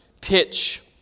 pitch